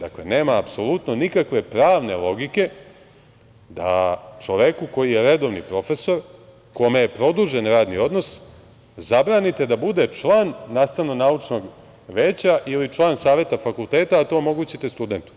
Dakle, nema apsolutno nikakve pravne logike da čoveku koji je redovni profesor, kome je produžen radni odnos zabranite da bude član nastavno-naučnog veća ili član saveta fakulteta, a da to omogućite studentu.